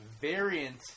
variant